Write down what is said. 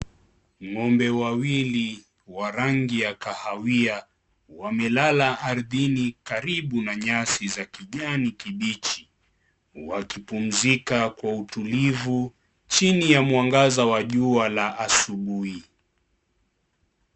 Ngombe wawili wa rangi ya kahawia wamelala ardhini karibu na nyasi za kijani kibichi wakipumzika kwa utulivu chini ya mwangaza wa jua la asubuhi.